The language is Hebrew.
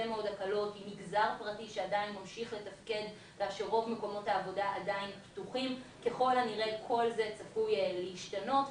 בריאות שצרכה בבית חולים פסיכיאטרי בשנת 2019,